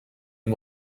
and